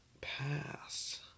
pass